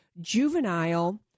juvenile